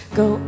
go